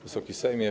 Wysoki Sejmie!